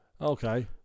okay